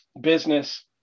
business